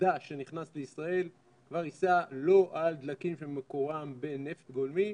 חדש שנכנס לישראל כבר ייסע לא על דלקים שמקורם בנפט גולמי,